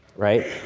right.